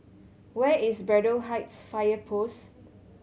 where is Braddell Heights Fire Post